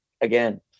again